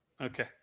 okay